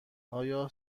آیا